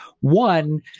One